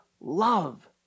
love